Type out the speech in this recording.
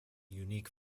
unique